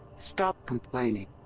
stop complaining.